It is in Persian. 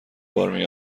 بار